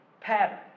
pattern